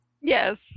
yes